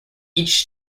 each